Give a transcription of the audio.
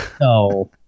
No